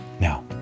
Now